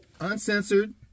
Uncensored